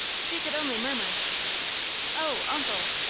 she could only murmur oh, uncle!